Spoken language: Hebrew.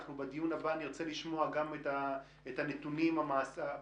אנחנו בדיון הבא נרצה לשמוע גם את הנתונים בפועל,